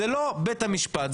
זה לא בית המשפט,